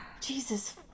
Jesus